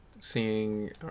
seeing